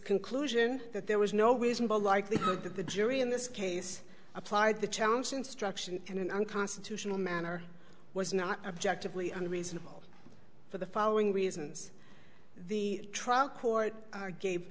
conclusion that there was no reasonable likelihood that the jury in this case applied the challenge instruction in an unconstitutional manner was not objectively unreasonable for the following reasons the trial court gave